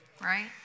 Right